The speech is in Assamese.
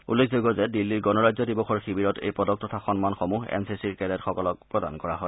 উল্লেখযোগ্য যে দিল্লীৰ গণৰাজ্য দিৱসৰ শিবিৰত এই পদক তথা সন্মানসমূহ এন চি চিৰ কেডেটসকলক প্ৰদান কৰা হয়